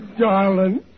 darling